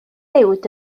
uwd